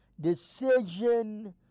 decision